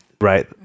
Right